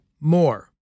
more